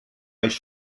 ice